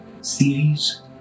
series